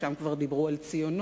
שם כבר דיברו על ציונות,